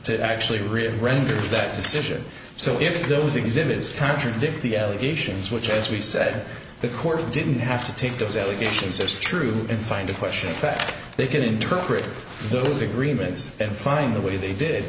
to actually really render that decision so if those exhibits contradict the allegations which as we said the court didn't have to take those allegations as true and find a question that they could interpret those agreements and find the way they did